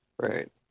Right